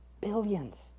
Billions